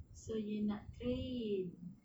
so you nak train